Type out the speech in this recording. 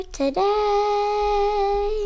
today